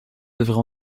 devrait